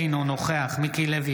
אינו נוכח מיקי לוי,